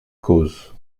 cause